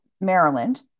Maryland